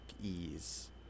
ease